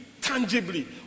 tangibly